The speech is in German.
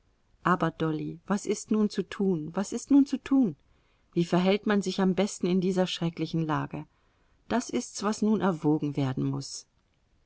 aber dolly was ist nun zu tun was ist nun zu tun wie verhält man sich am besten in dieser schrecklichen lage das ist's was nun erwogen werden muß